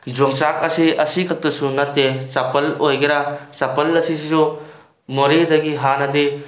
ꯌꯣꯡꯆꯥꯛ ꯑꯁꯤ ꯑꯁꯤꯈꯛꯇꯁꯨ ꯅꯠꯇꯦ ꯆꯄꯜ ꯑꯣꯏꯒꯦꯔꯥ ꯆꯄꯜ ꯑꯁꯤꯁꯨ ꯃꯣꯔꯦꯗꯒꯤ ꯍꯥꯟꯅꯗꯤ